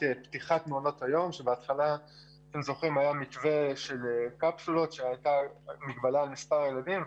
אם אתם זוכרים בהתחלה היה מתווה של קפסולות והיתה מגבלה על מספר הילדים.